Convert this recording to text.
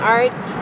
art